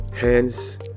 hands